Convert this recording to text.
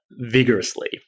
vigorously